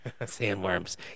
Sandworms